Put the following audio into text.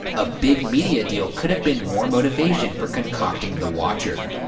a big media deal could've been more motivation for concocting the watcher.